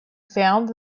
found